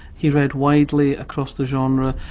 he read widely, across the genre.